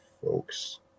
folks